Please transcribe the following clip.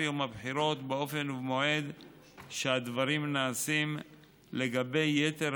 יום הבחירות באופן ובמועד שהדברים נעשים לגבי יתר